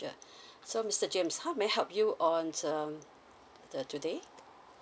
yeah so mister james how may I help you on um today